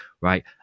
right